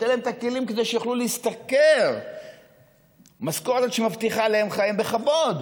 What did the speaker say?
תן להם את הכלים כדי שיוכלו להשתכר משכורת שמבטיחה להם חיים בכבוד.